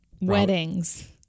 Weddings